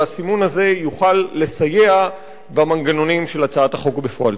והסימון הזה יוכל לסייע במנגנונים של הצעת החוק בפועל.